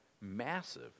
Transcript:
Massive